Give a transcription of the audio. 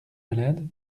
malade